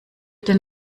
den